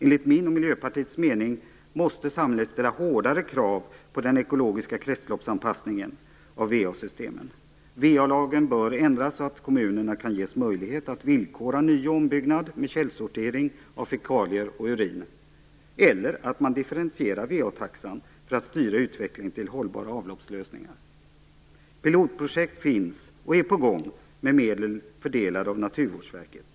Enligt min och Miljöpartiets mening måste samhället ställa hårdare krav på den ekologiska kretsloppsanpassningen av va-systemen. Va-lagen bör ändras så att kommunerna kan ges möjlighet att villkora ny och ombyggnad med källsortering av fekalier och urin, eller att man differentierar va-taxan för att styra utvecklingen till hållbara avloppslösningar. Pilotprojekt finns och är på gång med medel fördelade av Naturvårdsverket.